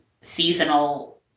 seasonal